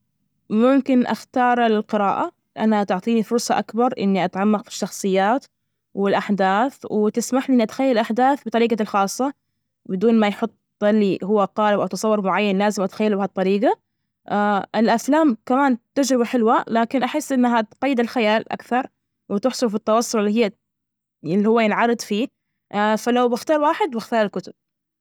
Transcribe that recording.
ممكن اختار القراءة لأنها تعطيني فرصة أكبر إني أتعمق في الشخصيات والأحداث، وتسمحلي إني أتخيل الأحداث بطريقتي الخاصة بدون ما يحط لي هو قالب أو أتصور معين، لازم أتخيله بهالطريقة، الأفلام كمان تجربة حلوة، لكن أحس إنها تقيد الخيال أكثر وتحسب في التوصل إللي هي- إللي هو ينعرض فيه، فلو بختار واحد بختار الكتب.